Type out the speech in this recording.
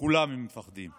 מכולם הם מפחדים.